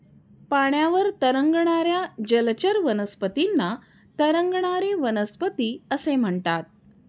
पाण्यावर तरंगणाऱ्या जलचर वनस्पतींना तरंगणारी वनस्पती असे म्हणतात